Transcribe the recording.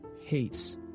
hates